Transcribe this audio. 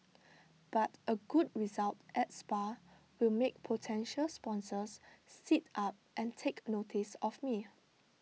but A good result at spa will make potential sponsors sit up and take notice of me